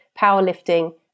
powerlifting